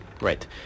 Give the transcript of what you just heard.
Right